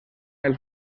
els